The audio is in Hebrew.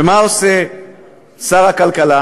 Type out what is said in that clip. ומה עושה שר הכלכלה